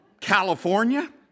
California